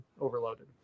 overloaded